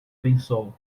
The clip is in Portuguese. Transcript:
pensou